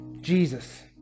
Jesus